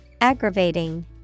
Aggravating